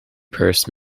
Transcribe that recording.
purse